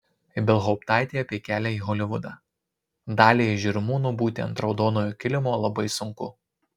ibelhauptaitė apie kelią į holivudą daliai iš žirmūnų būti ant raudonojo kilimo labai sunku